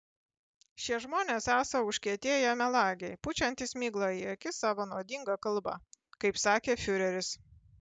šie žmonės esą užkietėję melagiai pučiantys miglą į akis savo nuodinga kalba kaip sakė fiureris